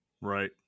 Right